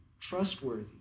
trustworthy